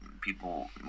people